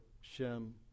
Shem